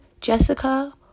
Jessica